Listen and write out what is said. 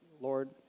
Lord